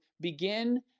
begin